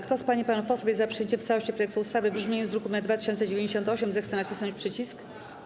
Kto z pań i panów posłów jest za przyjęciem w całości projektu ustawy w brzmieniu z druku nr 2098, zechce nacisnąć przycisk.